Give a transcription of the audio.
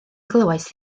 glywais